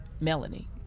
melanie